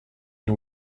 nie